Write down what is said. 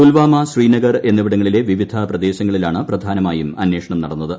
പുൽവാമ ശ്രീനഗർ എന്നിവിടങ്ങളിലെ വിവിധ പ്രദേശങ്ങളിലാണ് പ്രധാനമായും അന്വേഷണം നടന്നത്